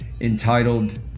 entitled